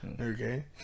Okay